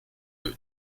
und